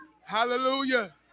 Hallelujah